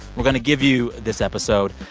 we're going to give you, this episode,